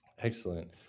Excellent